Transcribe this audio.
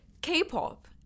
K-pop